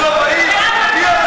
חבר הכנסת יואל